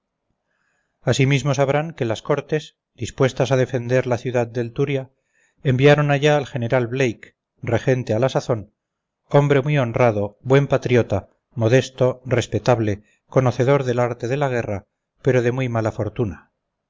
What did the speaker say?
tarragona asimismo sabrán que las cortes dispuestas a defender la ciudad del turia enviaron allá al general blake regente a la sazón hombre muy honrado buen patriota modesto respetable conocedor del arte de la guerra pero de muy mala fortuna